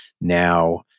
now